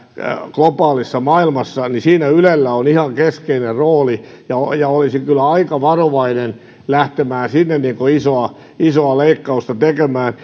globaalissa maailmassa niin siinä ylellä on ihan keskeinen rooli ja olisin kyllä aika varovainen lähtemään sinne isoa isoa leikkausta tekemään